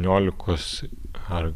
niolikos ar